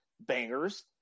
bangers